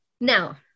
Now